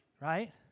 Right